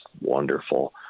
wonderful